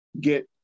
get